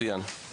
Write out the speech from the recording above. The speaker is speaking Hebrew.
מצוין.